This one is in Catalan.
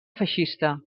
feixista